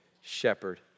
shepherd